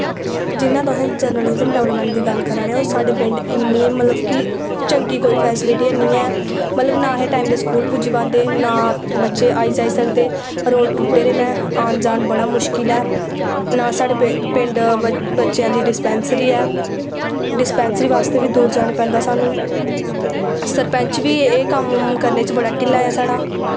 जि'यां तुस general development दी गल्ल कराने ने साढ़े पिंड इन्ने मतलब कि चंगी कोई फैसीलिटि ऐनी ऐ मतलब नां अस टैम दे स्कूल पुज्जी पांदे ना बच्चे आई जाई सकदे रोड़ टुट्टे दे न आन जान बड़े मुश्किल ऐ नां साढ़े पिंड बच्चें दी डिस्पैंसरी ऐ डिस्पैंसरी बास्तै बी दूर जाना पौंदा सानूं सरपैंच बी एह् कम्म करने च ढिल्ला ऐ साढ़ा